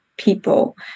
People